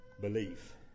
Belief